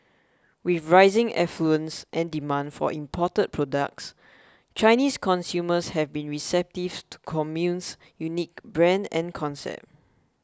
with rising affluence and demand for imported products Chinese consumers have been receptive to Commune's unique brand and concept